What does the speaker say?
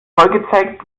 folgezeit